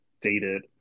dated